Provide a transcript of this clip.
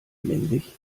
männlich